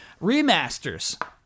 Remasters